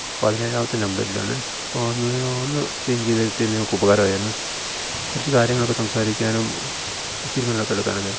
പതിനേഴാമത്തെ നമ്പരിലാണ് അപ്പൊ ഒന്ന് ഒന്ന് ചേയ്ഞ്ചെയ്ത് കിട്ടിയിരുന്നെ ഞങ്ങക്ക് ഉപകാരായിരുന്നു കൊറച്ച് കാര്യങ്ങളൊക്കെ സംസാരിക്കാനും തിരുമാനങ്ങളെടുക്കാനോക്കെ